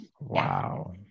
wow